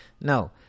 No